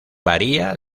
varía